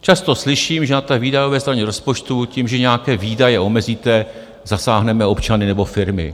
Často slyším, že na té výdajové straně rozpočtu tím, že nějaké výdaje omezíme, zasáhneme občany nebo firmy.